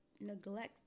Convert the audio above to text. neglect